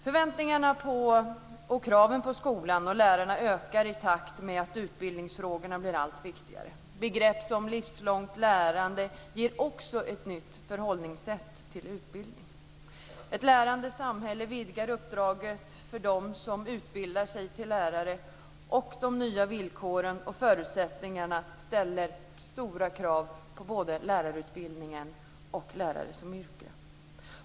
Förväntningarna och kraven på skolan och lärarna ökar i takt med att utbildningsfrågorna blir allt viktigare. Begrepp som livslångt lärande ger också ett nytt förhållningssätt till utbildning. Ett lärande samhälle vidgar uppdraget för dem som utbildar sig till lärare. De nya villkoren och förutsättningarna ställer stora krav på både lärarutbildning och lärare som yrke.